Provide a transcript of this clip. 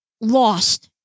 lost